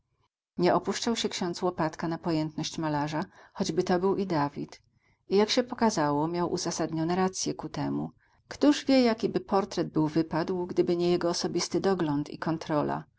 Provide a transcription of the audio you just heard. nie opuszczał się ksiądz łopatka na pojętność malarza choćby to był i david i jak się pokazało miał uzasadnione racje ku temu któż wie jakby był portret wypadł gdyby nie jego osobisty dogląd i kontrola